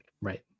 Right